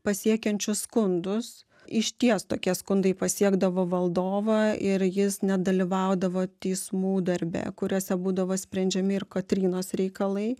pasiekiančius skundus išties tokie skundai pasiekdavo valdovą ir jis nedalyvaudavo teismų darbe kuriuose būdavo sprendžiami ir kotrynos reikalai